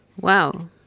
Wow